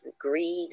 Greed